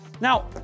now